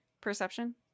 perception